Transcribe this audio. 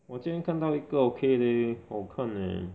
我今天看到一个 okay leh 好看 leh